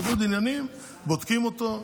ניגוד עניינים, בודקים אותו.